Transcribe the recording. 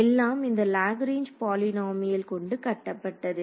எல்லாம் இந்த Lagrange polynomial கொண்டு கட்டப்பட்டது